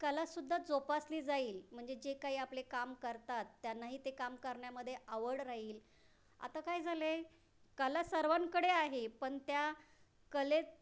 कलासुद्धा जोपासली जाईल म्हणजे जे काही आपले काम करतात त्यांनाही ते काम करण्यामध्ये आवड राहील आता काय झालं आहे कला सर्वांकडे आहे पण त्या कले